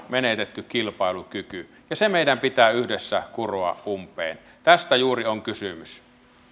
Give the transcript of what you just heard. menetetty kilpailukyky se meidän pitää yhdessä kuroa umpeen tästä juuri on kysymys